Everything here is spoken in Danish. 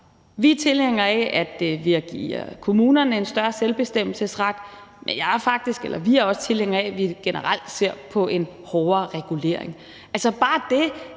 Vi er tilhængere af, at vi giver kommunerne en større selvbestemmelsesret, men vi er faktisk også tilhængere af, at vi generelt ser på en hårdere regulering. Altså, der